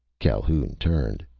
calhoun turned.